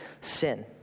sin